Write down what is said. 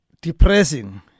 depressing